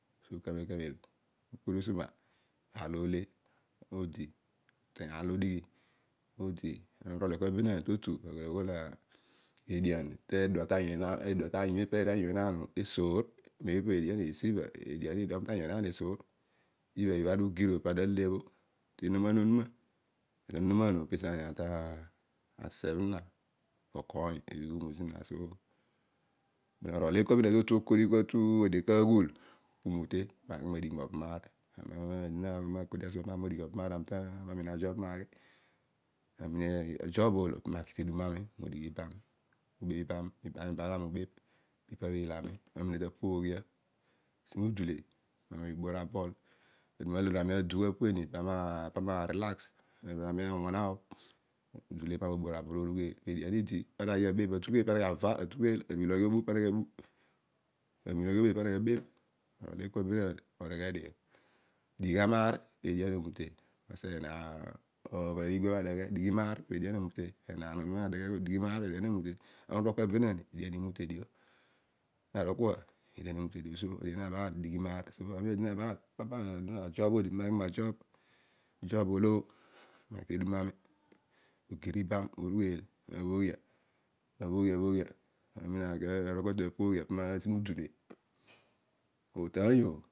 Kamem kamem olo ukodi usoma. aar ole odi aar olo odighi odi ana orolio kua benaar tootu aghol edian kedua ta anyu enaan esoornesiibha edian idua mu tanyu enaan esoor. sibha ibha ana ugir o pibha ana tale bho. enoman onuma. tibha ana ugir o pesi enaan tasebh zina so kpele no orol ekuabe okodi kua tutu adio kaghul pu mute maghi magir ami ukodi usama ibha ami umiin ajob pani oghi. ajob oolo pami oghi kedum ami obebh ikaiy. ibam ibam ipabho ilami. pani obhoghia na si mudule pami oghi obor aball. Aduma lo alor ami awana o pani oghi obor aball orughel pedian idi dighi maar pedian omute. obheneer ngbiabho nadeghe akol dighi maar pedian omute. Ana arol kua benaan edian imute dio so dighi maar. ajob odi paami naghi ma job ajob oolo pami uaghi tedum ami agir ibam orugheel. ami naarol kua tutu. apooghia nasi mudule ootainy o